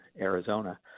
Arizona